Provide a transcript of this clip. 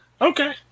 Okay